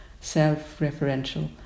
self-referential